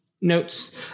notes